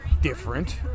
different